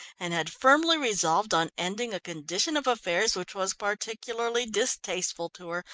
and had firmly resolved on ending a condition of affairs which was particularly distasteful to her,